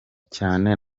cyane